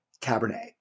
Cabernet